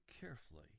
carefully